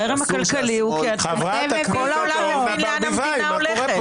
החרם הכלכלי כי כל העולם מבין לאן המדינה הולכת.